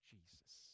Jesus